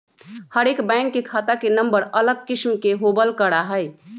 हर एक बैंक के खाता के नम्बर अलग किस्म के होबल करा हई